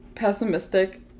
Pessimistic